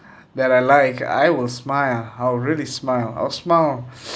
that I like I will smile I will really smile I'll smile